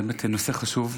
זה באמת נושא חשוב,